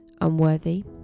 unworthy